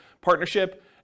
partnership